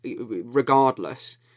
regardless